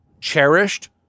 Cherished